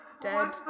Dead